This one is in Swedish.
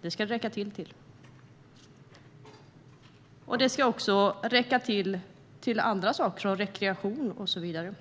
Det ska det räcka till. Det ska också räcka till andra saker som rekreation och så vidare.